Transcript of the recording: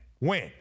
win